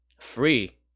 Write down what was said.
free